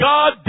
God